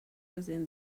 within